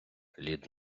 лід